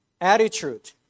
attitude